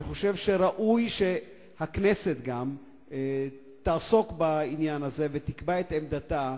ראוי שהכנסת תעסוק בעניין הזה ותקבע את עמדתה,